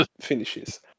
finishes